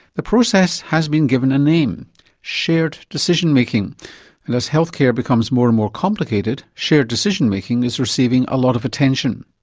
the process has been given a name shared decision making and as healthcare becomes more and more complicated, shared decision making is receiving a lot of attention.